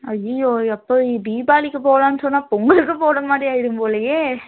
அய்யயோ எப்போ தீபாவளிக்கு போலான்னு சொன்னா பொங்கலுக்கு போகற மாதிரி ஆயிவிடும் போலையே